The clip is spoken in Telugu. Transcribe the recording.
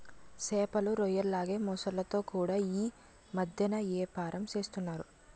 సేపలు, రొయ్యల్లాగే మొసల్లతో కూడా యీ మద్దెన ఏపారం సేస్తన్నారు